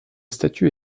statue